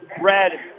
Red